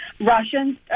Russians